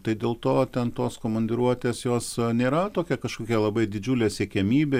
tai dėl to ten tos komandiruotės jos nėra tokia kažkokia labai didžiulė siekiamybė